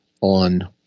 on